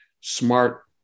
smart